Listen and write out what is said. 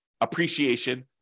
appreciation